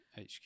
HQ